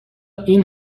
این